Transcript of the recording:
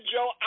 Joe